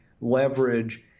leverage